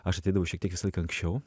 aš ateidavau šiek tiek visą laiką anksčiau